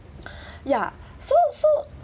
yeah so so